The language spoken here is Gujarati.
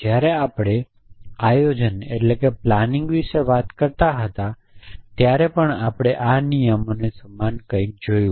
જ્યારે આપણે આયોજન વિશે વાત કરી રહ્યા હતા ત્યારે પણ આપણે આ નિયમોને સમાન કંઈક જોયું